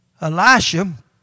Elisha